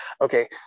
okay